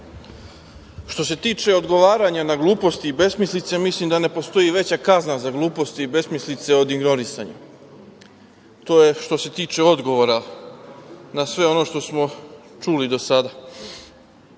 Što se tiče odgovaranja na gluposti i besmislice, mislim da ne postoji veća kazna za glupost i besmislice od ignorisanja. To je što se tiče odgovora na sve ono što smo čuli do sada. Kada